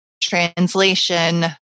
translation